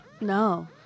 No